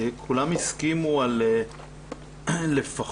כולם הסכימו על לפחות